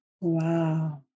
Wow